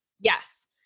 Yes